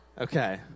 Okay